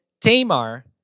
Tamar